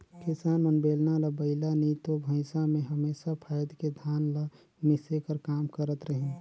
किसान मन बेलना ल बइला नी तो भइसा मे हमेसा फाएद के धान ल मिसे कर काम करत रहिन